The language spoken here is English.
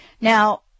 Now